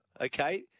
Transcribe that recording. Okay